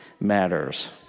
matters